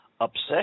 Obsession